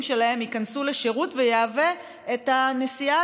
שלהם ייכנסו לשירות ויהוו את הנסיעה